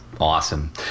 Awesome